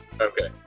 Okay